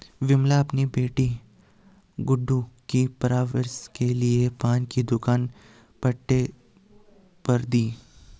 विमला अपनी बेटी गुड्डू की परवरिश के लिए पान की दुकान पट्टे पर दी